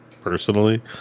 personally